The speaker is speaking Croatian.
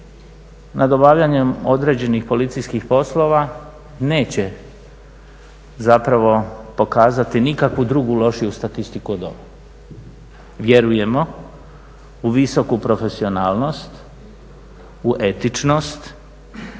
nad obavljanjem određenih policijskih poslova neće zapravo pokazati nikakvu drugu lošiju statistiku od ove. Vjerujemo u visoku profesionalnost, u etičnost,